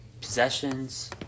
possessions